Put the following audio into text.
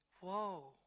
whoa